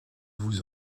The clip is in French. vous